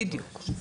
בדיוק.